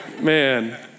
Man